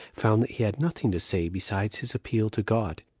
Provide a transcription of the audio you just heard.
found that he had nothing to say besides his appeal to god,